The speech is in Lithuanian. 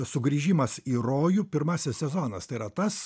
sugrįžimas į rojų pirmasis sezonas tai yra tas